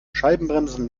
scheibenbremsen